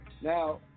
Now